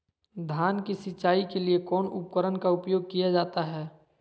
धान की सिंचाई के लिए कौन उपकरण का उपयोग किया जाता है?